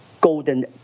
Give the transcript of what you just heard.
golden